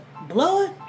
blood